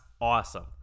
awesome